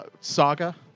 saga